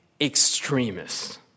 extremists